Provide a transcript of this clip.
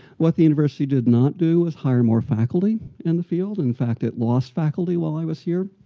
what the university did not do is hire more faculty in the field. in fact, it lost faculty while i was here.